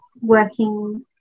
working